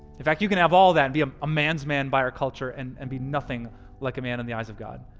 in fact, you can have all that and be um a man's man by our culture and and be nothing like a man in the eyes of god.